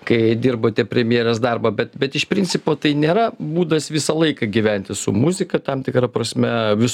kai dirbote premjerės darbą bet bet iš principo tai nėra būdas visą laiką gyventi su muzika tam tikra prasme vis